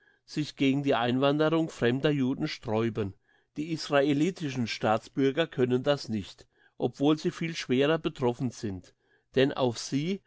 sich gegen die einwanderung fremder juden sträuben die israelitischen staatsbürger können das nicht obwohl sie viel schwerer betroffen sind denn auf sie